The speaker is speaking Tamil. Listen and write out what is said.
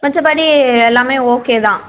மற்றபடி எல்லாமே ஓகே தான்